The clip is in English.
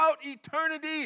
eternity